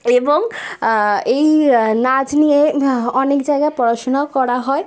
এবং এই নাচ নিয়ে অনেক জায়গায় পড়াশুনা করা হয়